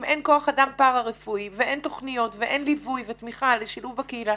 אם אין כוח אדם פארא-רפואי ואין תכניות ואין ליווי ותמיכה לשילוב בקהילה